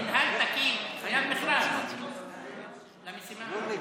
מינהל תקין, היה מכרז למשימה הזו.